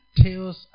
tells